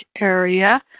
area